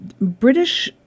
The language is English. British